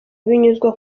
binyuzwa